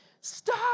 stop